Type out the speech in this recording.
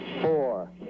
four